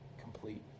complete